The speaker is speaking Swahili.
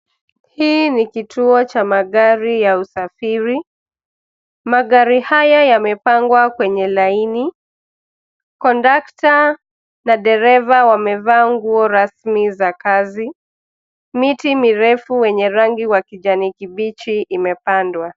Hii ni kituo cha magari ya usafiri. Magari haya yamepangwa kwenye laini. kondakta na dereva wameva nguo rasimi za kazi. Miti mirefu wenye rangi wa kijani kibichi imepandwa.